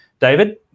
David